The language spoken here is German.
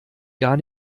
gar